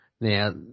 Now